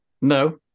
No